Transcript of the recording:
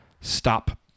stop